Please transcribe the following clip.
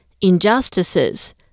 injustices